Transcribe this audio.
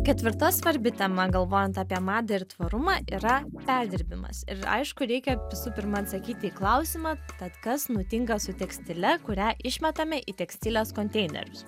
ketvirta svarbi tema galvojant apie madą ir tvarumą yra perdirbimas ir aišku reikia visų pirma atsakyti į klausimą tad kas nutinka su tekstile kurią išmetame į tekstilės konteinerius